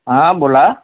हां बोला